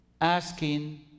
asking